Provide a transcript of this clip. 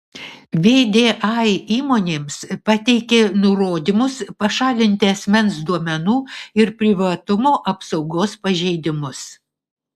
vdai įmonėms pateikė nurodymus pašalinti asmens duomenų ir privatumo apsaugos pažeidimus